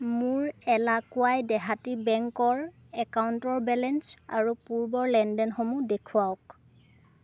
মোৰ এলাকুৱাই দেহাতী বেংকৰ একাউণ্টৰ বেলেঞ্চ আৰু পূৰ্বৰ লেনদেনসমূহ দেখুৱাওঁক